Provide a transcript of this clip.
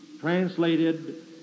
translated